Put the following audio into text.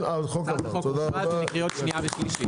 הצבעה החוק עבר.